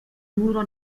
duro